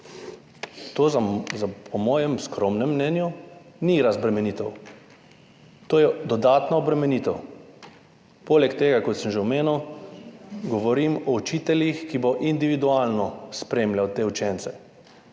To po mojem skromnem mnenju ni razbremenitev, to je dodatna obremenitev. Poleg tega, kot sem že omenil, govorim o učitelju, ki bo individualno spremljal te učence,